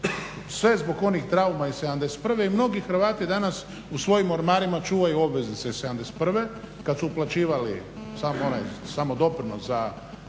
Sve zbog onih trauma iz '71. i mnogi Hrvati danas u svojim ormarima čuvaju obveznice iz '71. kad su uplaćivali sav onaj